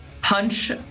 punch